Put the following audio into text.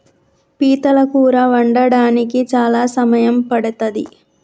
పీతల కూర వండడానికి చాలా సమయం పడ్తది